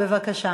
בבקשה.